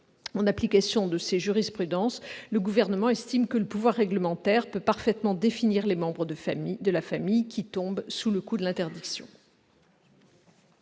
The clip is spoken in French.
En application de ces jurisprudences, le Gouvernement estime que le pouvoir réglementaire peut parfaitement définir les membres de la famille tombant sous le coup de l'interdiction.